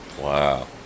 Wow